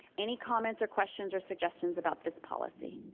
any comments or questions or suggestions about this policy?